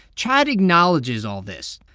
chad acknowledges all this,